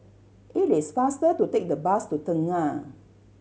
it is faster to take the bus to Tengah